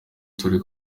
turi